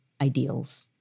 ideals